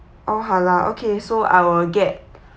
all halal okay so I will get